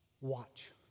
watch